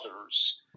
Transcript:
others